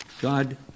God